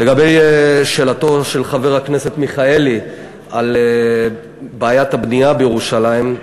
לגבי שאלתו של חבר הכנסת מיכאלי על בעיית הבנייה בירושלים,